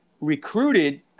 recruited